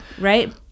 right